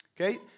Okay